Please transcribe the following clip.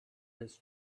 his